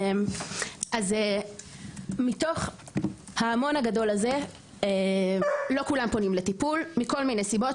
אז מתוך ההמון הגדול הזה לא כולם פונים לטיפול - מכל מיני סיבות,